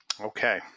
Okay